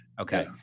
Okay